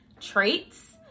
traits